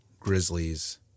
Grizzlies